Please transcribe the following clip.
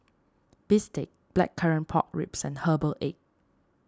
Bistake Blackcurrant Pork Ribs and Herbal Egg